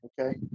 okay